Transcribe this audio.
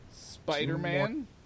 Spider-Man